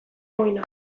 muina